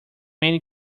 many